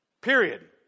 Period